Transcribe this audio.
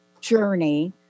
journey